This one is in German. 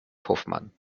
hofmann